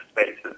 spaces